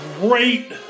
great